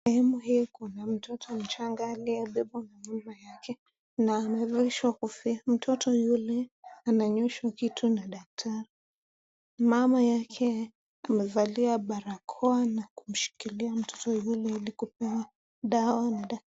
Sehemu hii kuna mtoto mchanga aliyebebwa na mama yake na amevalishwa kofia. Mtoto yule ananyweshwa kitu na daktari. Mama yake amevalia barakoa na kumshikilia mtoto yule ili kupewa dawa na daktari.